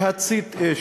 להצית אש.